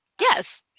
Yes